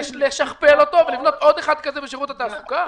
ולשכפל אותו ולבנות עוד אחד כזה בשירות התעסוקה?